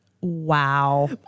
Wow